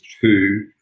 two